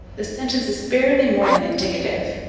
the sentence is barely more than indicative,